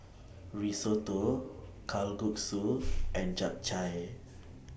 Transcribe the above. Risotto Kalguksu and Japchae